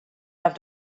have